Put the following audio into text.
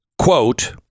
quote